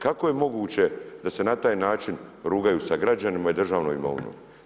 Kako je moguće da se na taj način rugaju sa građanima i državnom imovinom?